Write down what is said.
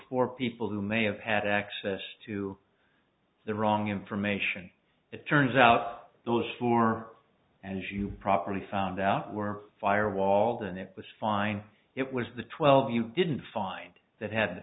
four people who may have had access to the wrong information it turns out those four as you properly found out were firewalls and it was fine it was the twelve you didn't find that had the